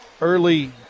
early